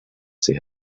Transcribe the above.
see